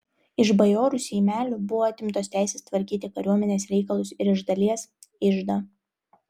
iš bajorų seimelių buvo atimtos teisės tvarkyti kariuomenės reikalus ir iš dalies iždą